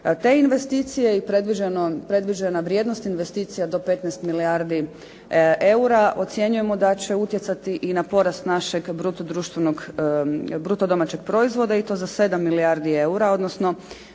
Te investicije i predviđena vrijednost investicija do 15 milijardi eura ocjenjujemo da će utjecati i na porast našeg bruto domaćeg proizvoda i to za 7 milijardi eura, odnosno